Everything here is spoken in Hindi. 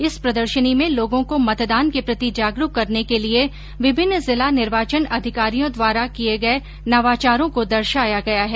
इस प्रदर्शनी में लोगों को मतदान के प्रति जागरूक करने के लिये विभिन्न जिला निर्वाचन अधिकारियों द्वारा किये गये नवाचारों को दर्शाया गया है